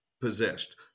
possessed